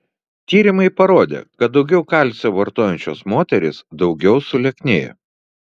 tyrimai parodė kad daugiau kalcio vartojančios moterys daugiau sulieknėjo